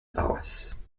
paroisse